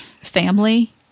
family